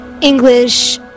English